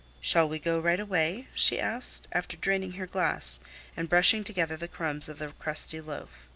shall we go right away? she asked, after draining her glass and brushing together the crumbs of the crusty loaf.